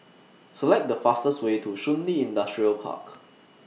Select The fastest Way to Shun Li Industrial Park